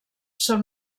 són